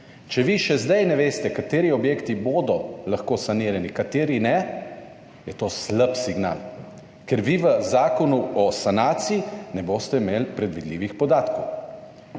Če vi še zdaj ne veste kateri objekti bodo lahko sanirani, kateri ne, je to slab signal, ker vi v Zakonu o sanaciji ne boste imeli predvidljivih podatkov.